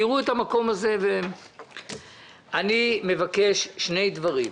אני מבקש שני דברים.